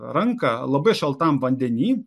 ranką labai šaltam vandeny